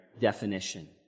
definition